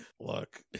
look